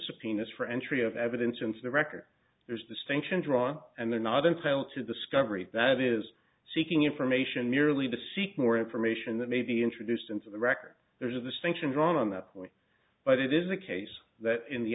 subpoenas for entry of evidence into the record there's a distinction drawn and they're not entitled to discovery that is seeking information merely to seek more information that may be introduced into the record there's a distinction drawn on that point but it is a case that in the